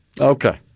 Okay